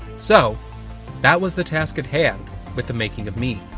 so that was the task at hand with the making of me.